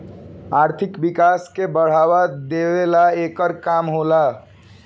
आर्थिक विकास के बढ़ावा देवेला एकर काम होला